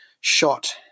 shot